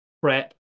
prep